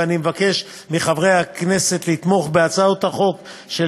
ואני מבקש מחברי הכנסת לתמוך בהצעות החוק של